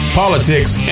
politics